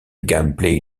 gameplay